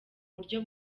buryo